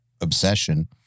obsession